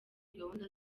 gahunda